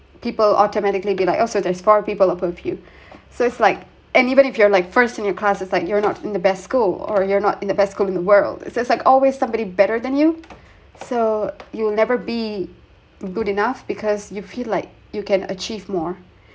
people automatically be like oh so there's four people above you so it's like and even if you're like first in your class it's like you're not in the best school or you're not in the best school in the world it's there's like always somebody better than you so you'll never be good enough because you feel like you can achieve more